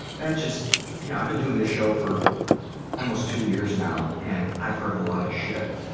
that just, you know i've been doing this show for almost two years now and i've heard a lot of shit.